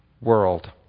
world